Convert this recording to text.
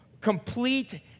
complete